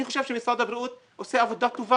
אני חושב שמשרד הבריאות עושה עבודה טובה